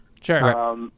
Sure